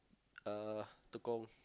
uh Tekong